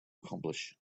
accomplish